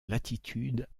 latitude